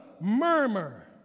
murmur